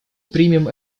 примем